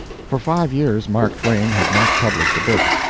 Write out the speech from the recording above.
for five years mark twain had not published a book.